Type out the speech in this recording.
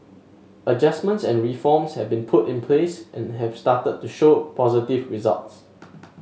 adjustments and reforms have been put in place and have started to show positive results